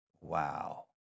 Wow